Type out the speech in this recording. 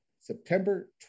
September